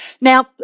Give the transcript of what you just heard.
Now